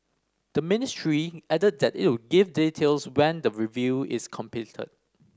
the ministry added that it would give details when the review is completed